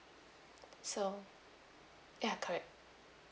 so ya correct